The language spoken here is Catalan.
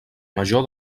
major